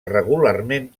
regularment